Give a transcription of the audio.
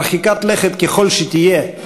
מרחיקת לכת ככל שתהיה,